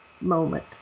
moment